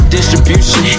Distribution